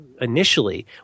initially